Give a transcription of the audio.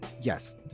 yes